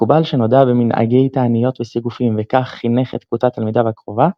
מקובל שנודע במנהגי תעניות וסיגופים וכך חינך את קבוצת תלמידיו הקרובה,